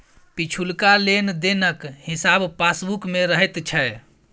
पिछुलका लेन देनक हिसाब पासबुक मे रहैत छै